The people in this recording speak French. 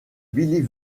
billy